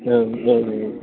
ओं ओं